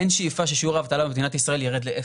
אין שאיפה ששיעור האבטלה במדינת ישראל יירד לאפס.